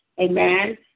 Amen